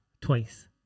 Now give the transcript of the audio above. twice